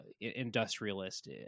industrialist